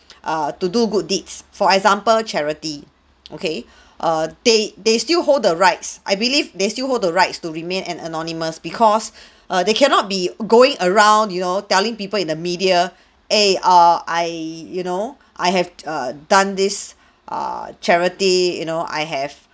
err to do good deeds for example charity okay err they they still hold the rights I believe they still hold the rights to remain an anonymous because err they cannot be going around you know telling people in the media eh err I you know I have d err done this err charity you know I have